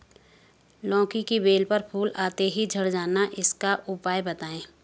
लौकी की बेल पर फूल आते ही झड़ जाना इसका उपाय बताएं?